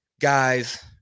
guys